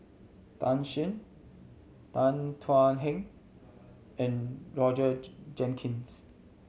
Tan Shen Tan Thuan Heng and Roger Jenkins